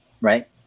Right